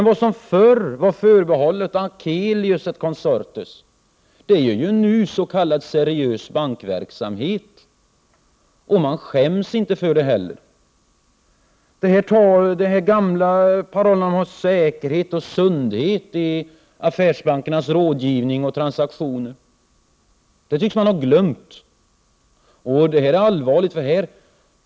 Vad som förr var förbehållet Akelius & Co är ju nu s.k. seriös bankverksamhet som man inte skäms för. De gamla parollerna säkerhet och sundhet i fråga om affärsbankernas rådgivning och transaktioner tycks man ha glömt, och det är allvarligt.